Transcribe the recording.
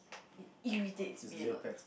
it irritates me a lot